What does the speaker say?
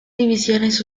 divisiones